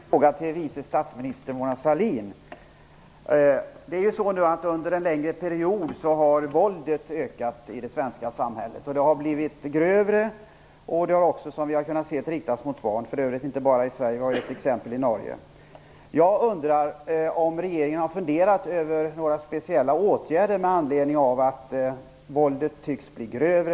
Fru talman! Jag vill ställa en fråga till vice statsminister Mona Sahlin. Under en längre period har våldet ökat i det svenska samhället. Det har blivit grövre och, som vi kunnat se, också riktats mot barn, för övrigt inte bara i Sverige, vi har också exempel i Norge.